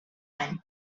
any